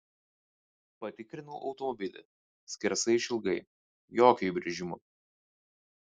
patikrinau automobilį skersai išilgai jokio įbrėžimo